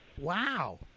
Wow